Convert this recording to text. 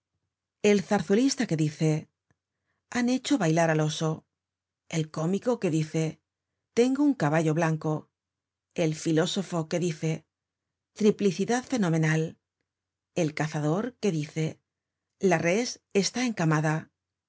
el zarzuelista que dice han hecho bailar al oso el cómico que dice tengo un caballo blanco el filósofo que dice triplicidad fenomenal el cazador que dice la res está encamada